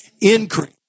Increase